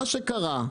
מה שקרה,